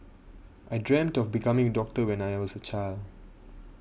I dreamt of becoming a doctor when I was a child